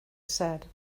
said